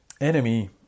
Enemy